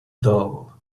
dull